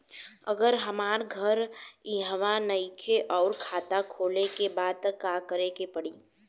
अगर हमार घर इहवा नईखे आउर खाता खोले के बा त का करे के पड़ी?